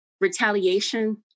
Retaliation